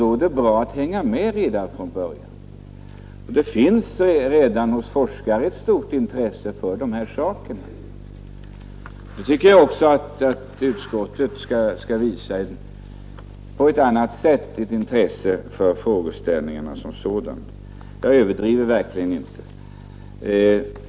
Det är bra att hänga med redan från början. Hos forskare finns redan ett stort intresse för denna sak. Jag tycker också att utskottet bör visa större intresse för frågeställningen. Men jag överdriver verkligen inte.